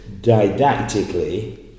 didactically